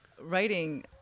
writing